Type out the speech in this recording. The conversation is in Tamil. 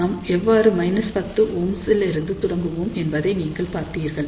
நாம் எவ்வாறு 10Ω இல் இருந்து தொடங்கினோம் என்பதே நீங்கள் பார்த்தீர்கள்